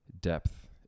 depth